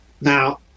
Now